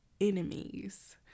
enemies